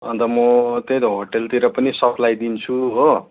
अन्त म त्यही त होटलतिर पनि सप्लाई दिन्छु हो